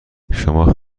شما